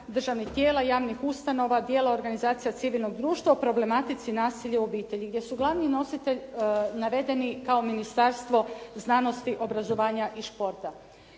državnih tijela, javnih ustanova, dijela organizacija civilnog društva o problematici nacilja u obitelji gdje su glavni nositelj navedeni kao Ministarstvo znanosti, obrazovanja i športa.